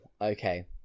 okay